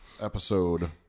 Episode